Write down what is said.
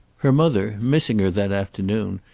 her mother, missing her that afternoon,